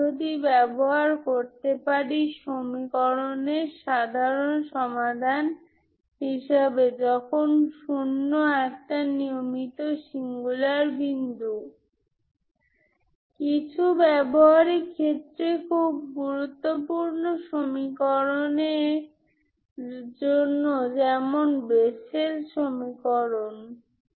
সুতরাং আমরা একটি বেসেল ইকুয়েশন অপারেটর হিসাবে একটি অপারেটর দিতে পারি এবং আমরা একটি সিঙ্গুলার স্টর্ম লিওভিলে সিস্টেমের একটি অপারেটর যে Bessel equation Bessel Sturm Liouville সিস্টেমের আরেকটি উদাহরণ থাকতে পারে